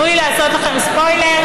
תנו לי לעשות לכם ספוילר: